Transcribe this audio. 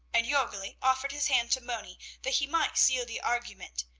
and jorgli offered his hand to moni, that he might seal the argument,